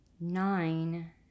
Nine